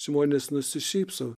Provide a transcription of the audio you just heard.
žmonės nusišypso